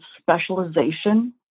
specialization